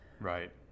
right